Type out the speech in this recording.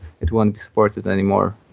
it wouldn't support it anymore,